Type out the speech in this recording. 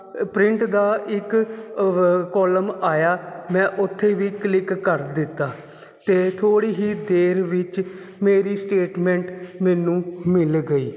print ਦਾ ਇੱਕ column ਆਇਆ ਮੈਂ ਉੱਥੇ ਵੀ ਕਲਿੱਕ ਕਰ ਦਿੱਤਾ ਅਤੇ ਥੋੜ੍ਹੀ ਹੀ ਦੇਰ ਵਿੱਚ ਮੇਰੀ ਸਟੇਟਮੈਂਟ ਮੈਨੂੰ ਮਿਲ ਗਈ